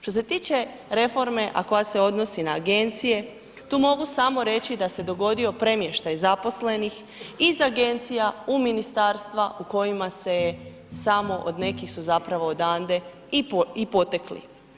Što se tiče reforme a koja se odnosi na Agencije, tu mogu samo reći da se dogodio premještaj zaposlenih iz Agencija u Ministarstva u kojima se je samo, od nekih su zapravo odande i potekli.